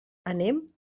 anem